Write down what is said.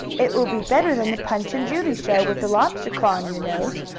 it will be better than the punch and judy show with the lobster claw on your nose.